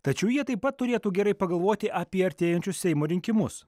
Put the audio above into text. tačiau jie taip pat turėtų gerai pagalvoti apie artėjančius seimo rinkimus